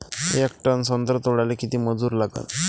येक टन संत्रे तोडाले किती मजूर लागन?